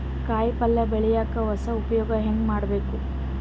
ಕಾಯಿ ಪಲ್ಯ ಬೆಳಿಯಕ ಹೊಸ ಉಪಯೊಗ ಹೆಂಗ ಮಾಡಬೇಕು?